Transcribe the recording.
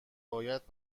باید